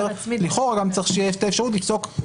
לכאורה צריך שתהיה גם אפשרות לפסוק הצמדה.